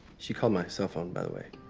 she called my cell phone, by the way,